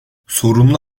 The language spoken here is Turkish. sorunlu